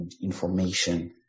information